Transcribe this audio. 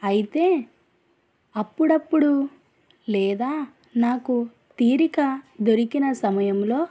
అయితే అప్పుడప్పుడూ లేదా నాకు తీరిక దొరికిన సమయంలో